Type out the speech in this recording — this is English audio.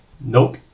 Nope